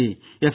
C F